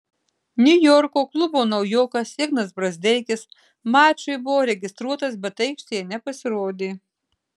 niujorko klubo naujokas ignas brazdeikis mačui buvo registruotas bet aikštėje nepasirodė